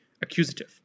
accusative